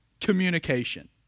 Communication